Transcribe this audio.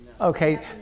Okay